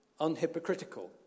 unhypocritical